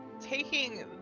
taking